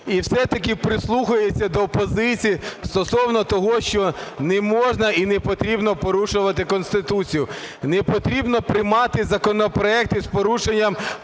і все-таки прислухаються до опозиції стосовно того, що не можна і не потрібно порушувати Конституцію. Не потрібно приймати законопроект із порушенням